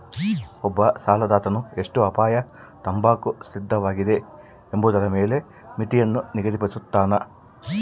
ಒಬ್ಬ ಸಾಲದಾತನು ಎಷ್ಟು ಅಪಾಯ ತಾಂಬಾಕ ಸಿದ್ಧವಾಗಿದೆ ಎಂಬುದರ ಮೇಲೆ ಮಿತಿಯನ್ನು ನಿಗದಿಪಡುಸ್ತನ